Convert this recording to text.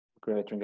great